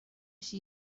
she